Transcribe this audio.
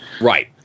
Right